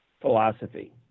philosophy